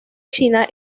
china